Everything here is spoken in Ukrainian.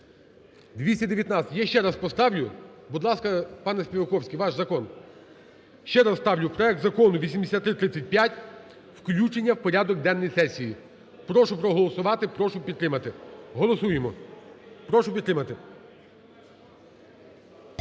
За-219 Я ще раз поставлю. Будь ласка, пане Співаковський, ваш закон. Ще раз ставлю проект Закону 8335, включення в порядок денний сесії. Прошу проголосувати, прошу підтримати. Голосуємо, прошу підтримати.